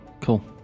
Cool